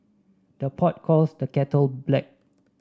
the pot calls the kettle black